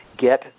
get